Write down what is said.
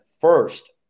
First